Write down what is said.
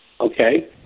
Okay